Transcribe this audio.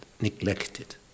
neglected